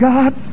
God